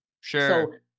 Sure